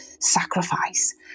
sacrifice